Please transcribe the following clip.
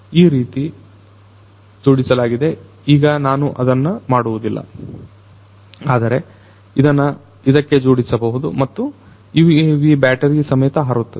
ಈ ರೀತಿ ಜೋಡಿಸಲಗಿದೆ ಈಗ ನಾನು ಅದನ್ನ ಮಾಡುವುದಿಲ್ಲ ಆದರೆ ಇದನ್ನ ಇದಕ್ಕೆ ಜೋಡಿಸಬಹುದು ಮತ್ತು UAV ಬ್ಯಾಟರಿ ಸಮೇತ ಹಾರುತ್ತದೆ